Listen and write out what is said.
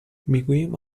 میگوییم